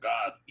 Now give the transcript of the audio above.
God